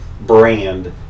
brand